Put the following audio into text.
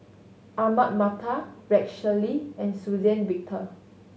Ahmad Mattar Rex Shelley and Suzann Victor